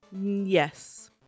Yes